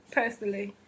personally